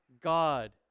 God